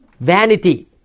Vanity